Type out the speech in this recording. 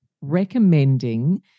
recommending